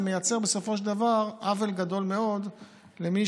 זה מייצר בסופו של דבר עוול גדול מאוד למי